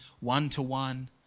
one-to-one